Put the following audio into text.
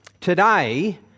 Today